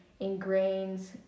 ingrains